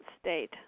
state